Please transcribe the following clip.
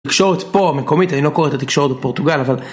התקשורת פה, המקומית, אני לא קורא את התקשורת בפורטוגל, אבל...